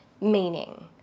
meaning